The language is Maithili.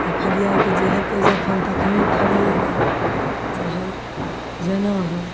आओर फरिआइके जे हेतै जखन तखने फरिएतै चाहे जेना होइ